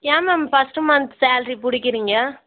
ஏன் ma'am first month salary பிடிக்கிறீங்க